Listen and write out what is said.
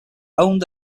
owned